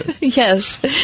Yes